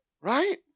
Right